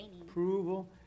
approval